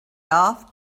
off